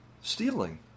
stealing